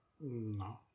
No